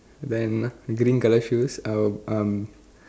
then green colour shoes I will um